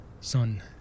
son